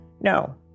No